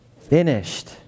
finished